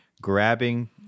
grabbing